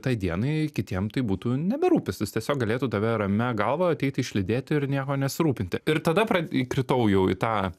tai dienai kitiem tai būtų nebe rūpestis tiesiog galėtų tave ramia galva ateiti išlydėti ir nieko nesirūpinti ir tada pra įkritau jau į tą